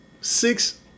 six